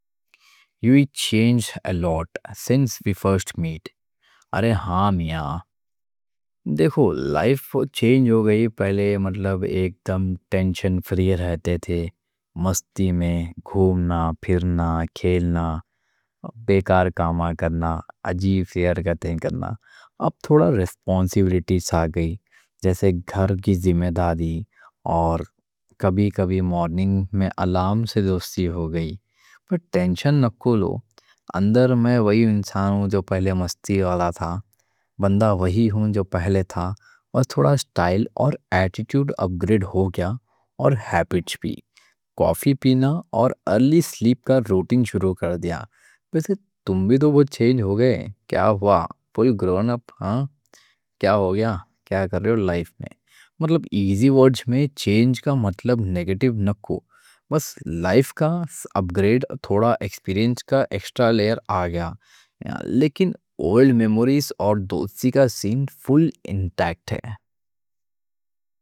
آپ بہت بدل گئے ہیں جب سے ہم پہلی بار ملے تھے ارے ہاں میاں، دیکھو زندگی بدل گئی پہلے مطلب ایکدم ٹینشن فری رہتے تھے مستی میں گھومنا پھرنا کھیلنا، بیکار کام کرنا، عجیب سی حرکتیں کرنا اب تھوڑی ذمے داریاں آ گئی ہیں جیسے گھر کی ذمے داری، اور کبھی کبھی صبح کے وقت الارم کی ڈیوٹی ہو گئی ہے، پر ٹینشن نکو لو اندر میں وہی انسان ہوں جو پہلے مستی والا تھا، بندہ وہی ہوں جو پہلے تھا، بس تھوڑا اسٹائل اور ایٹیٹیوڈ اپگریڈ ہو گیا اور ہیبٹس بھی، کافی پینا اور ارلی سلیپ کا روٹین شروع کر دیا بس تم بھی تو چینج ہو گئے، کیا ہوا، کیا ہو گیا پورا گرون اپ ہاں کیا کر رہے ہو لائف میں مطلب ایزی ورڈز میں، چینج کا مطلب نیگیٹو نکو بس لائف کا اپگریڈ، تھوڑا ایکسپیرینس کا ایکسٹرا لیئر آ گیا لیکن اولڈ میموریز اور دوستی کا سین فُل انٹیکٹ ہے